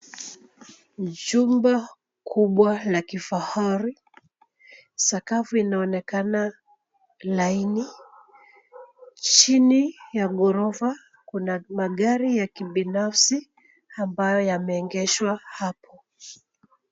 Jumba kubwa la kifahari. Sakafu inaonekana laini. Chini ya ghorofa kuna magari ya kibinafsi ambayo yameegeshwa hapo.